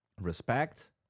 respect